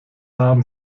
haben